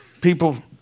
people